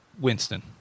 Winston